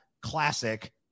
classic